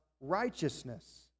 righteousness